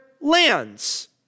lands